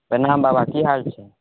प्रणाम बाबा की हाल छै